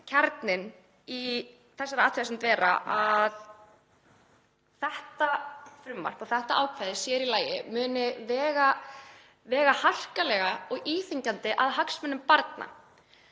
kjarninn í þessari athugasemd vera að þetta frumvarp, þetta ákvæði sér í lagi, muni vega harkalega og íþyngjandi að hagsmunum barna.